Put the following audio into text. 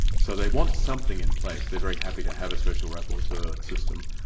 so they want something in place, they're very happy to have a special rapporteur system,